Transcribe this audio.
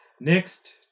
Next